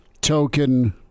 token